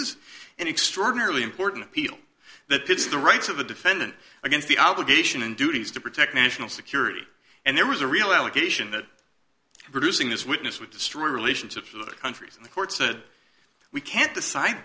is an extraordinarily important appeal that pits the rights of the defendant against the obligation and duties to protect national security and there was a real allegation that producing this witness would destroy relationships with other countries and the court said we can't decide